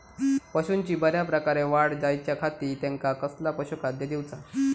पशूंची बऱ्या प्रकारे वाढ जायच्या खाती त्यांका कसला पशुखाद्य दिऊचा?